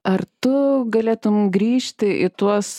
ar tu galėtume grįžti į tuos